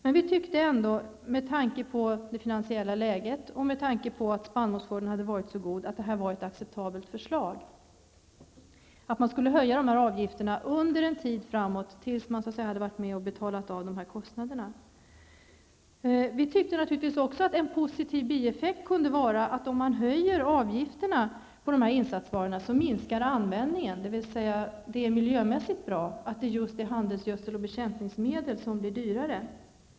Men vi tyckte ändå, med tanke på det finansiella läget och med tanke på att spannmålsskörden hade varit så god, att det var ett acceptabelt förslag -- man skulle höja avgifterna under en tid framåt tills man så att säga varit med om att betala av kostnaderna. Naturligtvis tyckte vi också att en positiv bieffekt kunde vara att om man höjer avgifterna på insatsvaror så minskar användningen, dvs. det är miljömässigt bra att det just är handelsgödsel och bekämpningsmedel som blir dyrare.